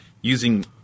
using